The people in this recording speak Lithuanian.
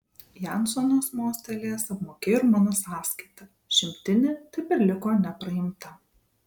jansonas mostelėjęs apmokėjo ir mano sąskaitą šimtinė taip ir liko nepraimta